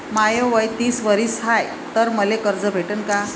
माय वय तीस वरीस हाय तर मले कर्ज भेटन का?